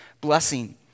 blessing